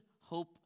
hope